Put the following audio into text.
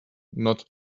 not